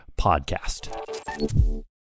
podcast